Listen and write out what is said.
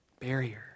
Barrier